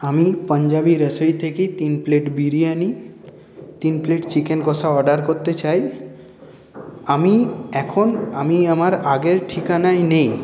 আমি পাঞ্জাবি রাসুই থেকে তিন প্লেট বিরিয়ানি তিন প্লেট চিকেন কষা অর্ডার করতে চাই আমি এখন আমি আমার আগের ঠিকানায় নেই